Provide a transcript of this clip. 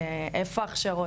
איפה ההכשרות,